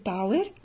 Power